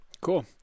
Cool